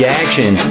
action